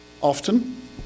often